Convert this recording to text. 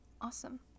awesome